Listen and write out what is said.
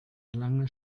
lange